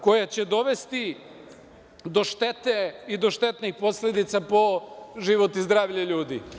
Koja će dovesti do štete i do štetnih posledica po život i zdravlje ljudi.